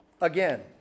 Again